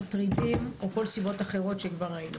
מטרידים או כל סיבה אחרת שכבר ראינו.